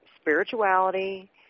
spirituality